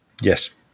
Yes